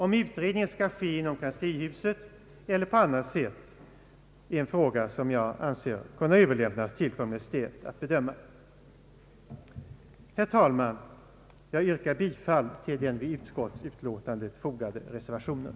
Om utredningen skall ske inom kanslihuset eller på annat sätt är en fråga som jag anser bör överlämnas till Kungl. Maj:t att bedöma. Herr talman! Jag yrkar bifall till den vid utskottsutlåtandet fogade reservationen.